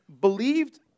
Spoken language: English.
believed